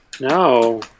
No